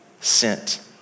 sent